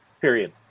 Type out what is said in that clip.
Period